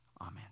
Amen